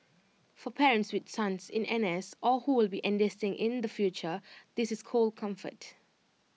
for parents with sons in N S or who will be enlisting in the future this is cold comfort